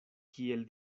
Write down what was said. kiel